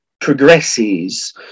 progresses